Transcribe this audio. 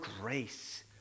grace